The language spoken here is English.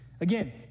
Again